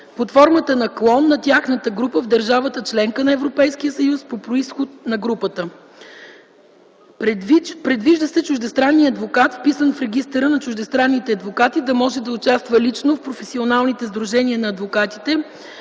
под формата на клон на тяхната група в държавата – членка на Европейския съюз по произход на групата. Предвижда се чуждестранният адвокат, вписан в регистъра на чуждестранните адвокати, да може да участва лично в професионалните сдружения на адвокатите